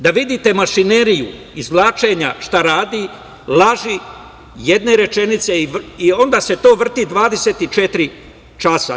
Da vidite mašineriju izvlačenja laži, jedne rečenice, i onda se to vrti 24 časa.